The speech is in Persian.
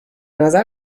نظر